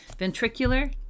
Ventricular